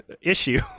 issue